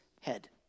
head